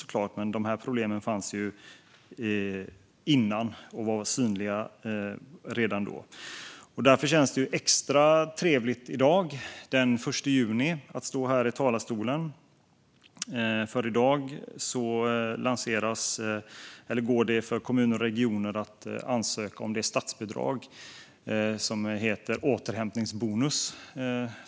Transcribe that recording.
Men de problemen fanns innan och var synliga redan då. Därför känns det extra trevligt i dag den 1 juni att stå här i talarstolen. I dag går det för kommuner och regioner att ansöka om det statsbidrag som heter återhämtningsbonus.